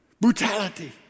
brutality